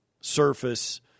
surface